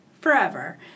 forever